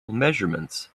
measurements